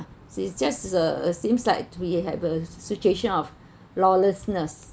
it's just is uh seems like we have a situation of lawlessness